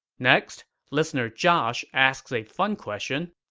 next, listener josh asks a fun question.